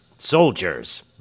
Soldiers